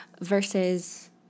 versus